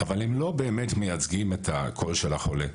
אבל הם לא באמת מייצגים את הקול של החולה.